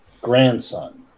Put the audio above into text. grandson